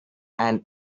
and